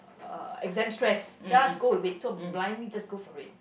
uh exam stress just go with it so blindly just go with it